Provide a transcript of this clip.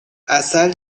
عسل